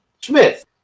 Smith